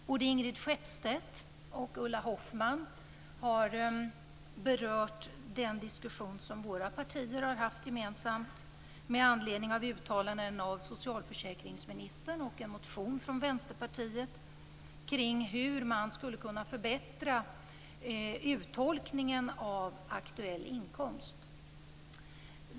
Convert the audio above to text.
Både Ingrid Skeppstedt och Ulla Hoffmann har berört den diskussion som våra partier har haft gemensamt med anledning av uttalanden av socialförsäkringsministern och en motion från Vänsterpartiet kring hur man skulle kunna förbättra uttolkningen av detta med aktuell inkomst.